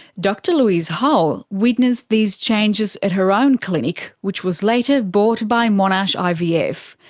dr louise hull witnessed these changes at her own clinic, which was later bought by monash ivf.